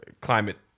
climate